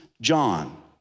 John